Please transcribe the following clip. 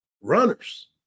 Runners